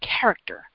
character